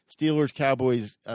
Steelers-Cowboys